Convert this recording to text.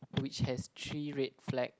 which has three red flag